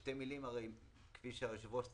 בשתי מילים, כפי שהיושב ראש ציין,